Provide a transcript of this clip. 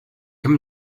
come